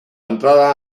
entrada